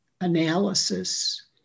analysis